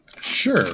Sure